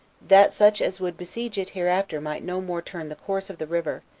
that such as would besiege it hereafter might no more turn the course of the river,